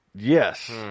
yes